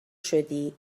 شدی